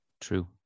True